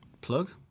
plug